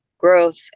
growth